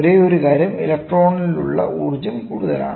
ഒരേയൊരു കാര്യം ഇലക്ട്രോണിലുള്ള ഊർജ്ജം കൂടുതലാണ്